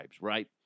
Right